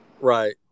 Right